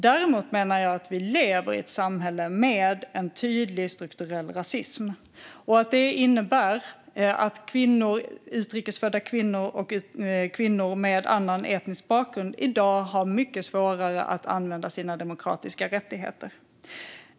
Däremot menar jag att vi lever i ett samhälle med en tydlig strukturell rasism som innebär att utrikesfödda kvinnor och kvinnor med en annan etnisk bakgrund har mycket svårare att använda sina demokratiska rättigheter.